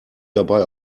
dabei